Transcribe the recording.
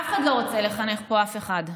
אף אחד לא רוצה לחנך פה אף אחד.